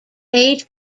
eight